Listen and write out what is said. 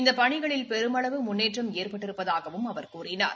இந்த பணிகளில் பெருமளவு முன்னேற்றம் ஏற்பட்டிருப்பதாகவும் அவர் கூறினார்